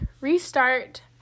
restart